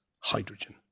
hydrogen